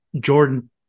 Jordan